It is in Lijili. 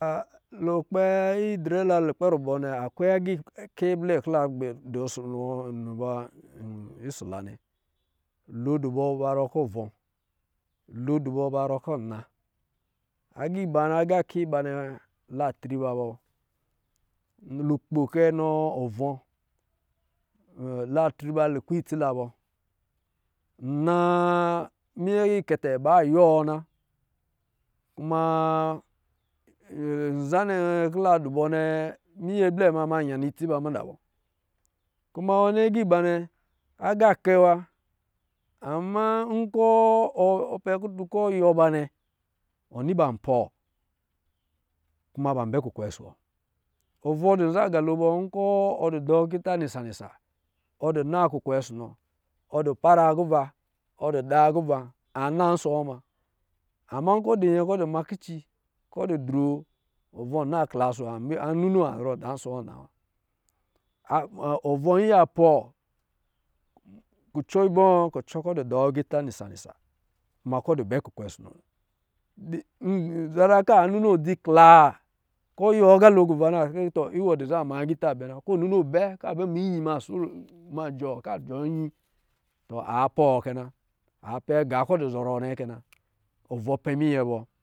Lukpɛ idrɛ la lukpɛ rubɔ nnɛ agake blɛ kɔ̄ la dɔ ɔsɔ̄ nɔ, nsɔ̄ ba ɔ̄sɔ la na nnɛ. Lo dɔ̄ bɔ ba rɔɔ kɔ̄ vɔ, lo dɔ̄ bɔ ba rɔ kɔ̄ nna, agā iba nnɛ, agakɛ iba nnɛ la triba bɔ, lukpo kɛnɔ ɔ vɔ, la tri ba lukpɛ itsi la bɔ, nnaa minyɛ ikɛtɛ ba yiwɔ na kuma za nnɛ kɔ̄ la dɔ̄ bɔ nnɛ minyɛ blɛ ba ma nyina itsi ba mada bɔ kuma ni aga iba na aga akɛ wa ama nkɔ̄ ɔ pɛ kutu kɔ̄ ɔ yiwɔ ba mmɛ wɔ ni ban pɛ wɔ. Kuma ban kɛ kukwe ɔsɔ̄ wɔ. Ovɔ dɔ̄ ma agalo bɔ nkɔ̄ ɔ dɔ̄ gbɛ agita nisa nisa ɔ dɔ̄ na kukwe ɔsɔ̄ nɔ, ɔ dɔ̄ para kuva ɔ dɛ da kuva an na nsɔ wɔ muna ama kɔ̄ dɔ̄ nyɛ kɔ̄ ɔ dɔ̄ ma kici kɔ̄ ɔ dɔ̄ droo, ovɔ na kla ɔsɔ̄ wɔ, a ninoo a zɔrɔ da nsɔ wɔ na wa. Ovɔ an pɛ wɔ kucɔ ibɔ? Kucɔ kɔ̄ ɔ dɔ̄ agita nisa-nisa kuma kɔ̄ ɔ dɔ̄ bɛ kukwe ɔsɔ̄ nɔ nnɛ zara kɔ̄ a noo dzi klaa ko yiwɔ agalo kuva na, tswɔ zaa dɔ̄ na ma agita bɛ ko ninoo a bɛ kɔ̄ a bɛ ma iyi soo ma jɔɔ, kɔ̄ a jɔɔ iyi, tɔ aa pɛwɔ kɛ na, a pɛ gā kɔ̄ dɔ̄ zɔrɔ mɛkɛ na ovɔ pɛ minyɛ bɔ.